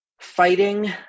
fighting